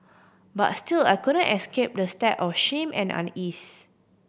but still I couldn't escape the stab of shame and unease